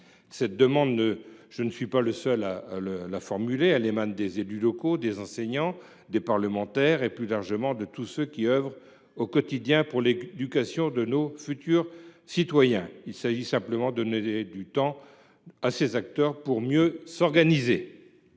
Cette demande, je ne suis pas seul à la formuler : elle émane des élus locaux, des enseignants, des parents d’élèves et, plus largement, de tous ceux qui œuvrent au quotidien pour l’éducation de nos futurs citoyens. Il s’agit simplement de donner à ces acteurs du temps pour mieux s’organiser.